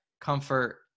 comfort